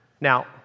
Now